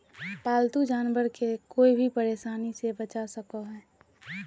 पालतू जानवर के कोय भी परेशानी से बचा सको हइ